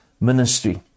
ministry